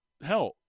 hell